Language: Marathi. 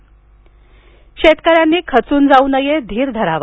ठाकरे शेतकऱ्यांनी खचून जाऊ नये धीर धरावा